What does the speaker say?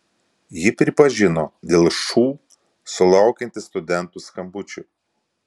ji pripažino dėl šu sulaukianti studentų skambučių